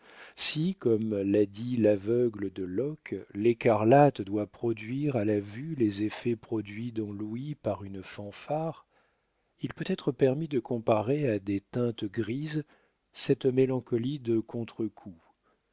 si comme l'a dit l'aveugle de locke l'écarlate doit produire à la vue les effets produits dans l'ouïe par une fanfare il peut être permis de comparer à des teintes grises cette mélancolie de contre-coup